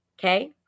Okay